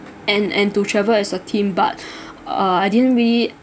and and to travel a team but uh I didn't really